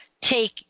take